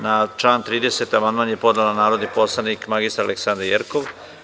Na član 30. amandman je podneo narodni poslanikmr Aleksandra Jerkov.